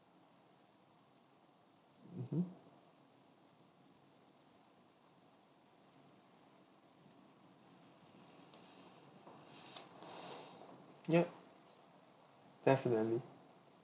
mmhmm yup definitely